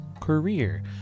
career